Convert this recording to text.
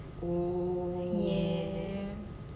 ya